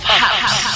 house